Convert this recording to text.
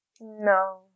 No